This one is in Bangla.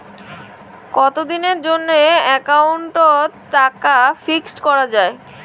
কতদিনের জন্যে একাউন্ট ওত টাকা ফিক্সড করা যায়?